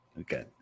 Okay